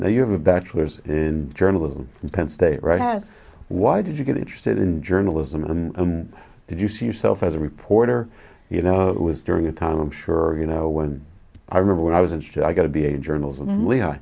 now you have a bachelor's in journalism from penn state right why did you get interested in journalism and did you see yourself as a reporter you know it was during a time i'm sure you know when i remember when i was instead i got to be a journalism and